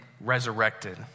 resurrected